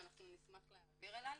אנחנו נשמח להעביר אלייך.